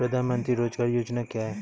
प्रधानमंत्री रोज़गार योजना क्या है?